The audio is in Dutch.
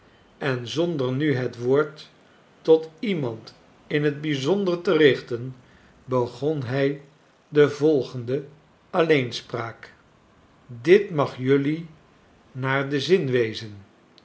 en zonder nu het woord tot iemand in tbijzonder te richten begon hij de volgende alleenspraak dit mag jelui naar den zin wezen